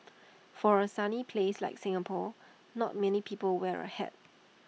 for A sunny place like Singapore not many people wear A hat